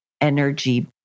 energy